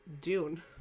Dune